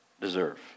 deserve